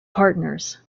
partners